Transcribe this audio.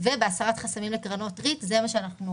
ובהסרת חסמים לקרנות ריט, שבזה,